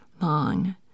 long